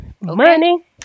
money